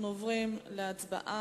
אנחנו עוברים להצבעה.